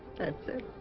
that's it